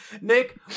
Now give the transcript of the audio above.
Nick